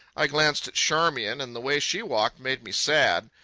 i glanced at charmian, and the way she walked made me sad.